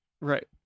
Right